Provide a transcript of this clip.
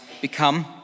become